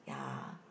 ya